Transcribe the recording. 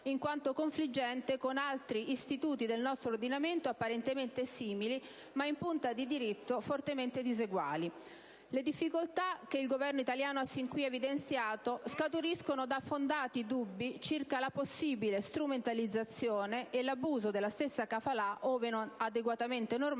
in quanto confliggente con altri istituti del nostro ordinamento apparentemente simili, ma in punto di diritto fortemente diseguali. Le difficoltà che il Governo italiano ha sin qui evidenziato scaturiscono da fondati dubbi circa la possibile strumentalizzazione e l'abuso della stessa *kafala*, ove non adeguatamente normata,